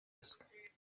ruswa